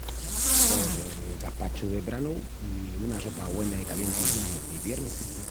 Pos el gaspachu de branu i una sopa güena i calienti d’iviernu.